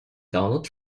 donald